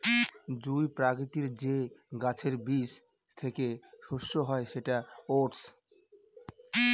জুঁই প্রকৃতির যে গাছের বীজ থেকে শস্য হয় সেটা ওটস